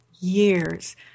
years